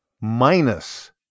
minus